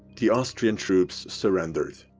the austrian troops surrendered.